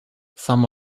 some